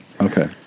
okay